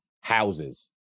houses